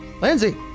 Lindsay